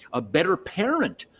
a better parent,